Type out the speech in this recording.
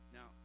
Now